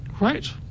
Right